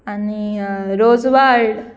आनी रोजवाल्ड